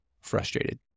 frustrated